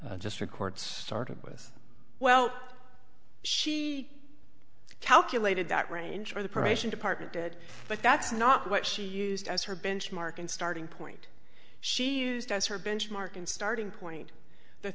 district court started with well she calculated that range for the probation department did but that's not what she used as her benchmark and starting point she used as her benchmark and starting point the